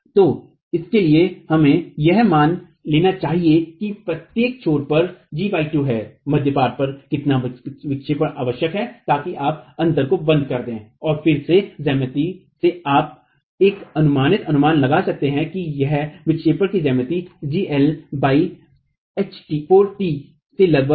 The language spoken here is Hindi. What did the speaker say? तो इसके लिए हमें यह मान लेना चाहिए कि प्रत्येक छोर पर g 2 है मध्य पाट पर कितना विक्षेपण आवश्यक है ताकि आप अंतर को बंद कर दें और फिर से ज्यामिति से आप एक अनुमानित अनुमान लगा सकें कि यह विक्षेपण की ज्यामिति gL 4t से लगभग है